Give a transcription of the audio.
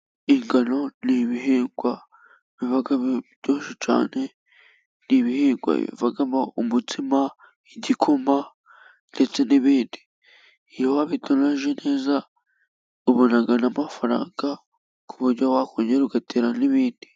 Ingano ni ibihingwa biba byinshi cyane， ni ibihingwa bivamo umutsima， igikoma ndetse n'ibindi. Iyo wabitonoje neza，ubona n’amafaranga， ku buryo wakongera ugatera n'ibindi.